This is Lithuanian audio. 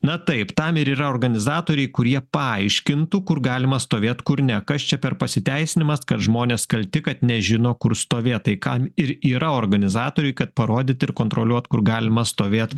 na taip tam ir yra organizatoriai kurie paaiškintų kur galima stovėt kur ne kas čia per pasiteisinimas kad žmonės kalti kad nežino kur stovėt tai kam ir yra organizatoriai kad parodyt ir kontroliuot kur galima stovėt